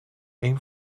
één